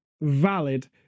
valid